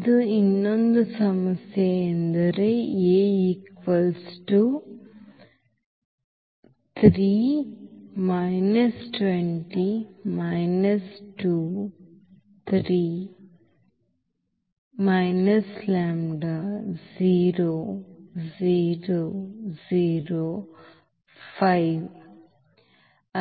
ಇದು ಇನ್ನೊಂದು ಸಮಸ್ಯೆ ಎಂದರೆ